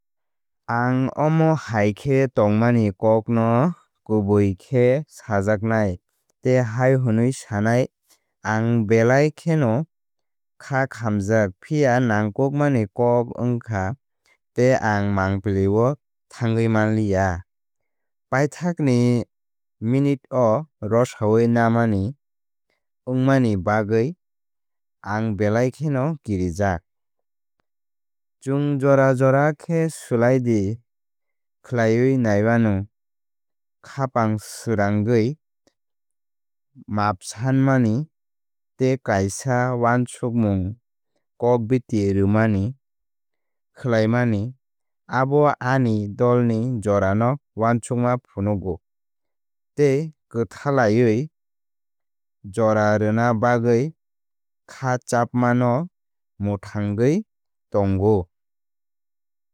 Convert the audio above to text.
Ang omohai khe tongmani kokno kubui khe sajaknai tei hai hwnwi sanai ang belai kheno kha khamjak. Phiya nangkuk mani kok wngkha tei ang mang pili o thangwi manliya. Paithakni minute o rosai namani wngmani bagwi ang belai kheno kirijak. Chwng jora jora khe swlaidi khlaiwi naiyano. Khapang srangwi maap sanmani tei kaisa wansukmung kokbiti rwmani khlaimani abo ani dol ni jora no uansukma phunukgo tei kwthalaiwi jora rwna bagwi khá chapma no mwthangwi tongo.